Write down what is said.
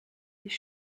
les